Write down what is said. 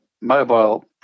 mobile